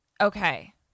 Okay